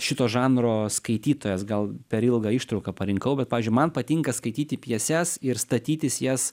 šito žanro skaitytojas gal per ilgą ištrauką parinkau bet pavyzdžiui man patinka skaityti pjeses ir statytis jas